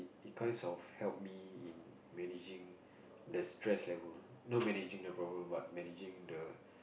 it kinds of help me in managing the stress level not managing the problem but managing the